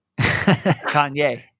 Kanye